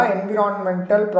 Environmental